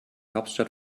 hauptstadt